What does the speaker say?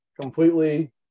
Completely